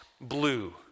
blue